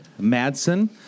Madsen